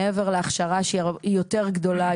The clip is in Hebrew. מעבר להכשרה שהיא יותר גדולה,